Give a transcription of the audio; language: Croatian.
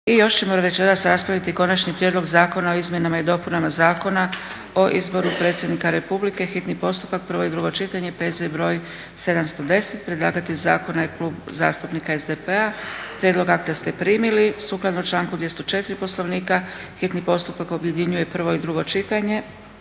I još ćemo večeras raspraviti - Konačni prijedlog zakona o izmjenama i dopunama Zakona o izboru Predsjednika Republike Hrvatske, hitni postupak, prvo i drugo čitanje, P.Z. br. 710 – predlagatelj Klub zastupnika SDP-a; Prijedlog akta ste primili. Sukladno članku 204. Poslovnika hitni postupak objedinjuje prvo i drugo čitanje.